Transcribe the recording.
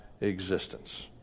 existence